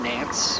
Nance